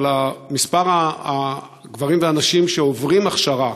אבל מספר הגברים והנשים שעוברים הכשרה,